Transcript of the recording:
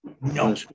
no